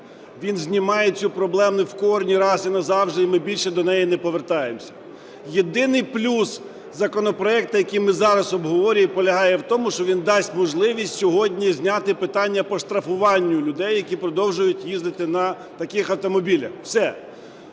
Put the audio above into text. Він знімає цю проблему в корені раз і назавжди, і ми більше до неї не повертаємося. Єдиний плюс законопроекту, який ми зараз обговорюємо, він полягає в тому, що він дасть можливість сьогодні зняти питання по штрафуванню людей, які продовжують їздити на таких автомобілях. Все.